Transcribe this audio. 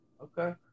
Okay